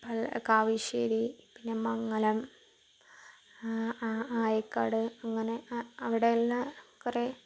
കാവശ്ശേരി പിന്നെ മംഗലം ആയിക്കാട് അങ്ങനെ അവിടെയുള്ള കുറെ